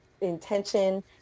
intention